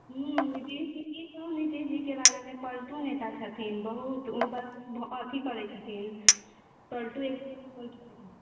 हूँ नीतीशजी की कहू नीतीशजीके बारेमे पलटू नेता छथिन बहुत ओ बस अथी करै छथिन पलटू एक नम्बरके पलटू छथिन